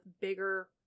bigger